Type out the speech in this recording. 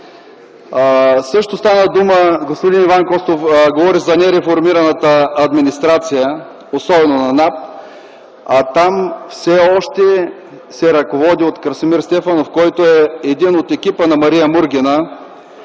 Стана дума също, господин Иван Костов говори за нереформираната администрация, особено на НАП. Там тя все още се ръководи от Красимир Стефанов, който е един от екипа на Мария Мургина,